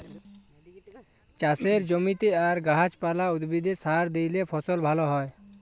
চাষের জমিতে আর গাহাচ পালা, উদ্ভিদে সার দিইলে ফসল ভাল হ্যয়